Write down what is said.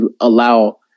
allow